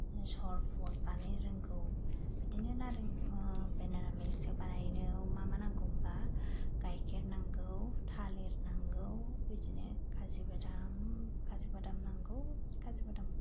सरबत बानायनो रोंगौ बिदिनो नारें बानाना मिल्क शेक बानायनायाव मा मा नांगौ होनबा गाइखेर नांगौ थालिर नांगौ बिदिनो खाजु बादाम खाजु बादाम नांगौ खाजु बादाम